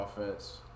offense